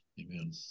Amen